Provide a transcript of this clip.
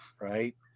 Right